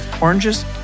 oranges